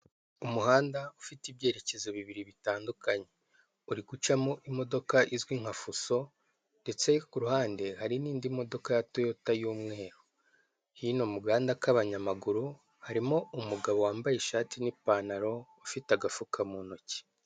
Umuhanda ufite ibyerekezo bibiri bitandukanye, uri gucamo imodoka izwi nka, fuso ndetse kuruhande hari n'indi modoka ya toyota y'umweru, hino mu gahanda k'abanyamaguru, harimo umugabo wambaye ishati n'ipantaro ufite agafuka mu ntoki.